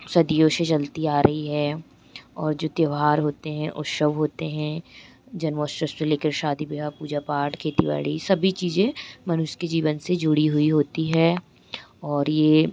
सदियों से चलते आ रहे हैं और जो त्यौहार होते हैं उत्सव होते हैं जन्म उत्सव से लेकर शादी ब्याह पूजा पाठ खेती बाड़ी सभी चीज़ें मनुष्य के जीवन से जुड़ी हुई होती हैं और ये